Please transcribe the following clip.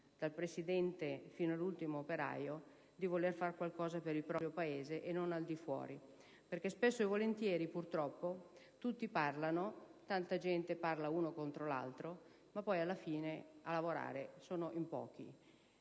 dal Presidente fino all'ultimo operaio, di voler fare qualcosa per il proprio Paese, e non al di fuori. Purtroppo spesso e volentieri tutti parlano, tante persone parlano una contro l'altra, e poi a lavorare sono in pochi.